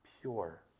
pure